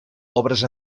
obres